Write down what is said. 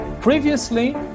Previously